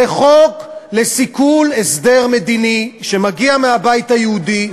זה חוק לסיכול הסדר מדיני, שמגיע מהבית היהודי.